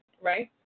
Right